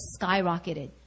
skyrocketed